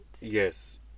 Yes